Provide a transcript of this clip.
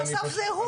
בסוף זה הוא.